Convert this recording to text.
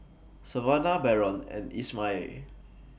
Savannah Barron and Ishmael